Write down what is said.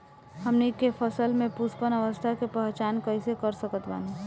हमनी के फसल में पुष्पन अवस्था के पहचान कइसे कर सकत बानी?